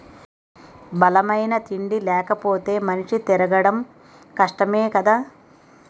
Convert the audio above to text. బలమైన తిండి లేపోతే మనిషి తిరగడం కష్టమే కదా